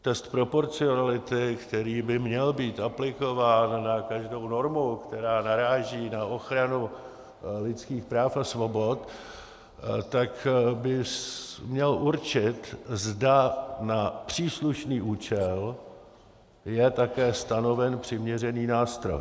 Test proporcionality, který by měl být aplikován na každou normu, která naráží na ochranu lidských práv a svobod, by měl určit, zda na příslušný účel je také stanoven přiměřený nástroj.